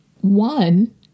one